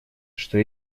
что